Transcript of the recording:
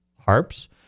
harps